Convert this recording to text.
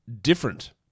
different